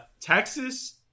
Texas